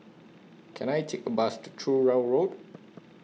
Can I Take A Bus to Truro Road